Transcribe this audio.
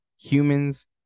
humans